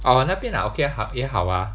orh 那边 ah okay 好也好 ah